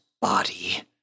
body